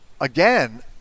again